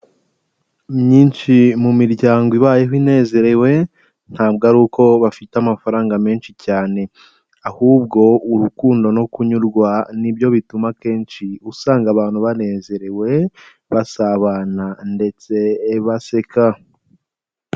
Myinshi mu miryango ibayeho inezerewe ntabwo ari uko bafite amafaranga menshi cyane, ahubwo urukundo no kunyurwa nibyo bituma akeshi usanga abantu banezerewe, basabana ndetse baseka.